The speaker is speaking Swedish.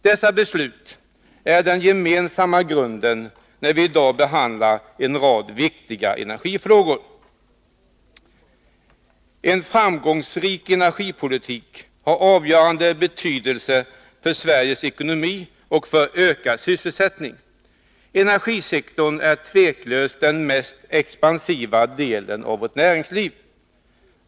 Dessa beslut är den gemensamma grunden när vi i dag behandlar en rad viktiga energifrågor. En framgångsrik energipolitik har avgörande betydelse för Sveriges ekonomi och för ökad sysselsättning. Energisektorn är tveklöst den mest expansiva delen av vårt näringsliv.